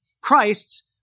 Christ's